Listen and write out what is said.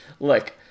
Look